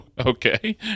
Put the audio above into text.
okay